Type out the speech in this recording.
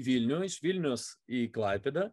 vilnių iš vilniaus į klaipėdą